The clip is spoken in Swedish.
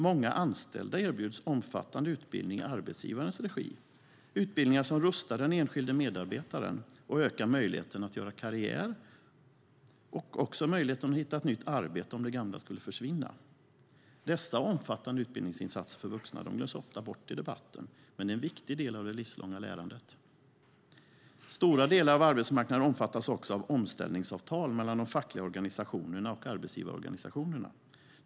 Många anställda erbjuds omfattande utbildningar i arbetsgivarens regi, utbildningar som rustar den enskilde medarbetaren och ökar möjligheten att göra karriär och också möjligheten att hitta ett nytt arbete om det gamla skulle försvinna. Dessa omfattande utbildningsinsatser för vuxna glöms ofta bort i debatten men är en viktig del av det livslånga lärandet. Stora delar av arbetsmarknaden omfattas också av omställningsavtal mellan de fackliga organisationerna och arbetsgivarorganisationerna.